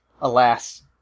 alas